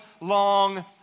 long